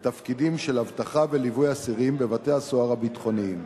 בתפקידים של אבטחה וליווי אסירים בבתי-הסוהר הביטחוניים.